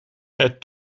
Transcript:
het